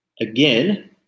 again